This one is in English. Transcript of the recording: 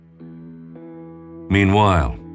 Meanwhile